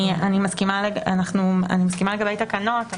אני מסכימה לגבי תקנות.